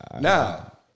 Now